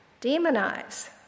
demonize